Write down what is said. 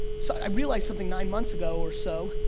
so i realized something nine months ago or so,